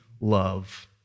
Love